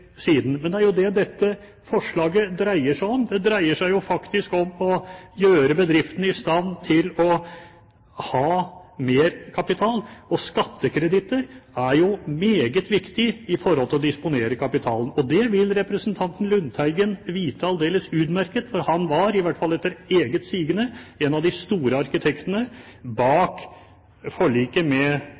siden. Men det er jo det dette forslaget dreier seg om. Det dreier seg jo faktisk om å gjøre bedriften i stand til å ha mer kapital, og skattekreditter er jo meget viktig når det gjelder å disponere kapitalen. Det vil representanten Lundteigen vite aldeles utmerket, for han var, i hvert fall etter eget sigende, en av de store arkitektene bak forliket med